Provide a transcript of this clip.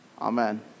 amen